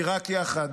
כי רק יחד